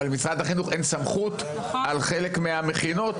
אבל למשרד החינוך אין סמכות על חלק מהמכינות.